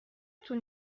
طول